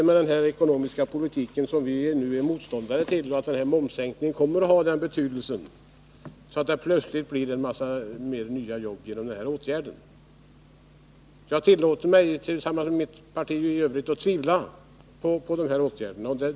Med den ekonomiska politik som förs och som vi är motståndare till kan jag inte se att momssänkningen är en åtgärd som skulle komma att få en sådan betydelse att det plötsligt blir en massa nya jobb. Jag tillåter mig, tillsammans med mitt parti i övrigt, att tvivla på effekterna av den åtgärden.